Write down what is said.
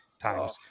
times